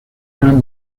gran